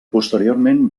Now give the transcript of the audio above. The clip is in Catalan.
posteriorment